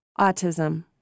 Autism